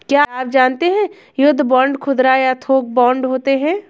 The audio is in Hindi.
क्या आप जानते है युद्ध बांड खुदरा या थोक बांड होते है?